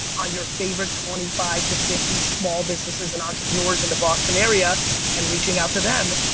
on your favorite twenty five to fifty small businesses and entrepreneurs in the boston area and reaching out to them,